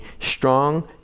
strong